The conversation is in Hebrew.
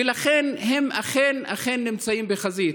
ולכן הם אכן נמצאים בחזית.